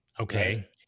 okay